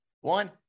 One